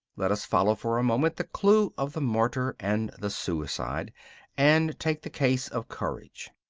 let us follow for a moment the clue of the martyr and the suicide and take the case of courage.